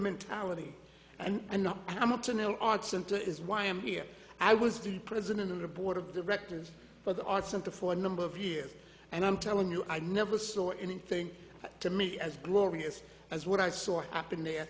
mentality and not and i want to know art center is why i'm here i was the president of the board of directors for the arts center for a number of years and i'm telling you i never saw anything to me as glorious as what i saw happen there